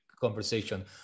conversation